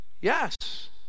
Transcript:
yes